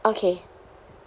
okay